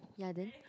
ya then